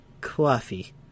Coffee